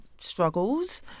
struggles